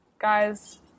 Guys